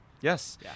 Yes